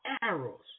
arrows